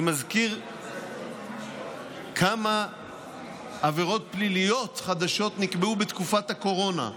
אני מזכיר כמה עבירות פליליות חדשות נקבעו בתקופת הקורונה,